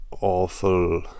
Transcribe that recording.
awful